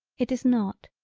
it does not.